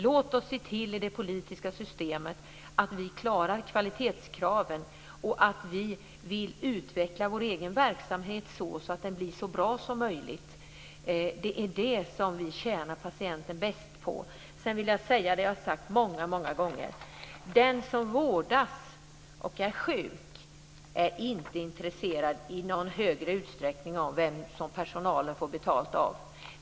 Låt oss i det politiska systemet se till att kvalitetskraven uppfylls och att verksamheten utvecklas så att den blir så bra som möjligt. Det är så som vi tjänar patienten bäst. Sedan vill jag säga det som jag har sagt många gånger. Den som vårdas och är sjuk är inte intresserad i någon större utsträckning av vem som personalen får betalt av.